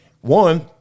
one –